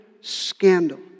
scandal